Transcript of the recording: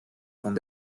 van